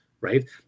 right